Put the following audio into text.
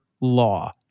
law